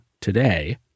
today